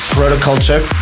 Protoculture